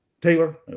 Taylor